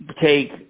take –